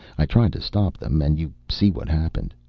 i tried to stop them, and you see what happened.